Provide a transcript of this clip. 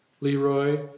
Leroy